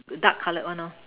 dark colored one lor